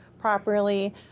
properly